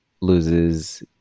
loses